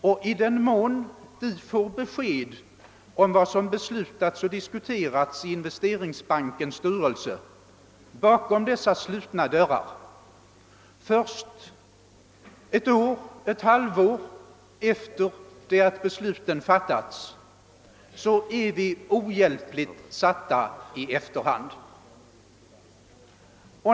I den mån vi får besked om vad som beslutats och diskuterats i Investeringsbankens styrelse bakom dessa slutna dörrar först ett år eller ett halvår efter det att besluten fattats är vi ohjälpligt satta i efterhand.